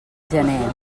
gener